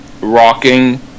rocking